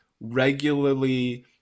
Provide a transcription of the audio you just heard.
regularly